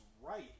right